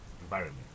environment